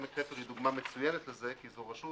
עמק חפר היא דוגמה מצוינת לזה, כי זו רשות